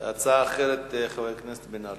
הצעה אחרת, חבר הכנסת בן-ארי,